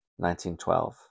1912